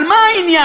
על מה העניין?